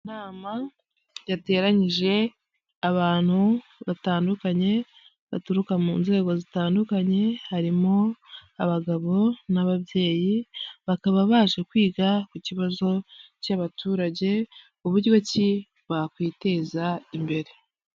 Inama yateranyije abantu batandukanye baturuka mu nzego zitandukanye harimo, abagabo n'ababyeyi, bakaba baje kwiga ku kibazo cy'abaturage uburyo ki bakwiteza imbere.